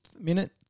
minute